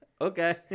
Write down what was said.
okay